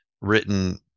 written